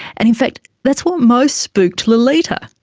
and in fact that's what most spooked lolita.